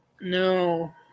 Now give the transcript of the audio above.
No